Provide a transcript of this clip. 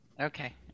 Okay